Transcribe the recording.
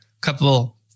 couple